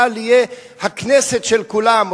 אנחנו רוצים שצה"ל יהיה הכנסת של כולם,